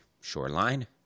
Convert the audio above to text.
shoreline